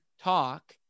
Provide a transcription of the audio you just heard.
talk